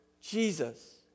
Jesus